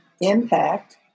impact